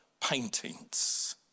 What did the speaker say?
paintings